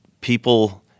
people